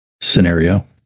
scenario